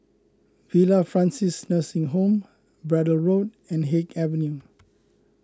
Villa Francis Nursing Home Braddell Road and Haig Avenue